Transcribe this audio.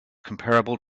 comparable